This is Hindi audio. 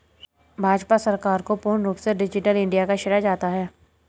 भाजपा सरकार को पूर्ण रूप से डिजिटल इन्डिया का श्रेय जाता है